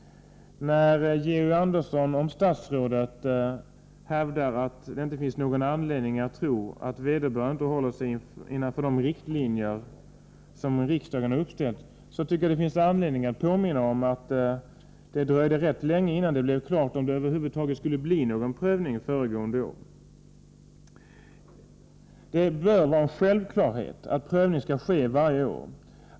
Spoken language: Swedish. När Georg Andersson om statsrådet hävdar att det inte finns anledning att tro att vederbörande inte håller sig inom de riktlinjer som riksdagen ställt upp vill jag påminna om att det dröjde rätt länge innan det blev klart om det över huvud taget skulle bli någon prövning föregående år. Det bör vara en självklarhet att prövning skall ske varje år.